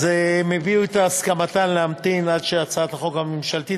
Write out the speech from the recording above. הן הביעו את הסכמתן להמתין עד הצעת החוק הממשלתית,